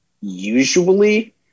usually